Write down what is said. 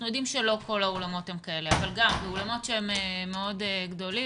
אנחנו יודעים שלא כל האולמות הם כאלה אבל באולמות שהם מאוד גדולים,